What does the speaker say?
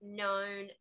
known